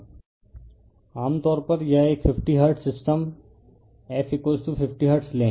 refer slide time 3118 आम तौर पर यह एक 50 हर्ट्ज़ सिस्टम f 50 हर्ट्ज़ लें